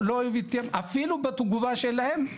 אפילו בתגובה שלהם,